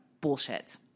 bullshit